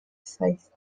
saith